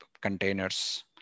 containers